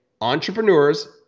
Entrepreneurs